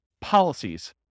policies